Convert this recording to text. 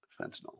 fentanyl